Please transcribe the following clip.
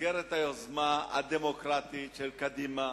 במסגרת היוזמה הדמוקרטית של קדימה,